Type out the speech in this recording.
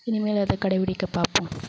இனிமேல் அதை கடைபிடிக்கப் பார்ப்போம்